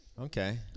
okay